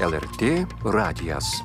lrt radijas